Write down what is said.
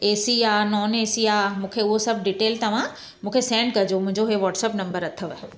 ए C आहे non A C आहे मूंखे उहो सभु डिटेल तव्हां मूंखे सैंड कजो मुंहिंजो इहे वट्सअप नंबर अथव